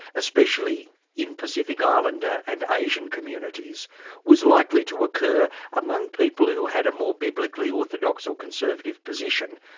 especially in pacific islander and asian communities was likely to occur among people who had a more biblically orthodox or conservative position,